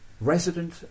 resident